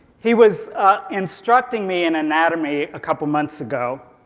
he was instructing me in anatomy a couple months ago.